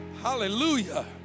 hallelujah